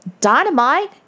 Dynamite